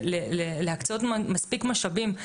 להקצות מספיק משאבים.